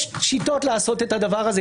יש שיטות לעשות את הדבר הזה,